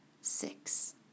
six